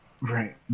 right